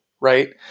right